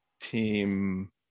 Team